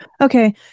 Okay